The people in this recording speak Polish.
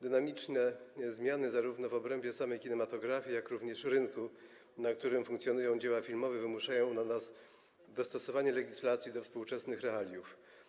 Dynamiczne zmiany zarówno w obrębie samej kinematografii, jak i rynku, na którym funkcjonują dzieła filmowe, wymuszają na nas dostosowanie legislacji do współczesnych realiów.